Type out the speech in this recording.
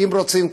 אם כבר רוצים.